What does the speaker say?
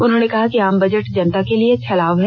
उन्होंने कहा कि आम बजट जनता के लिए छलावा है